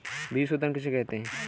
बीज शोधन किसे कहते हैं?